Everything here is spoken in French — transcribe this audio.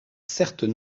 certes